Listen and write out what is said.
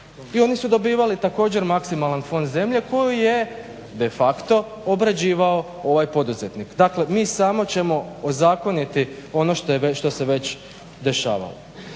i oni su dobivali također maksimalan fond zemlje koji je de facto obrađivao ovaj poduzetnik. Dakle mi samo ćemo ozakoniti ono što se već dešavalo.